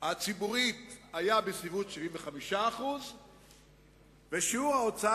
הציבורית היה בסביבות 75% ושיעור ההוצאה